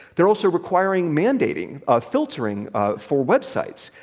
they're also requiring mandating ah filtering ah for websites.